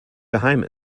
geheim